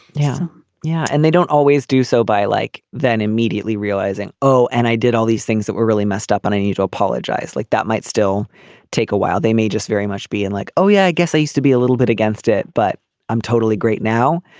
yeah yeah. and they don't always do so by like then immediately realizing oh and i did all these things that were really messed up and i need to apologize like that might still take a while. they may just very much be and like oh yeah i guess i used to be a little bit against it but i'm totally great now.